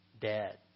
dead